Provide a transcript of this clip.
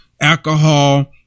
alcohol